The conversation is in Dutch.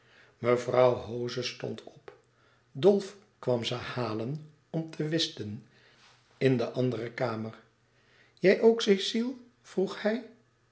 mevrouw hoze stond op dolf kwam ze halen om te whisten in de andere kamer jij ook cecile vroeg hij